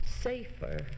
safer